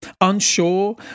unsure